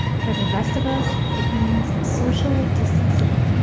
for the rest of us, it means social distancing.